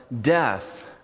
death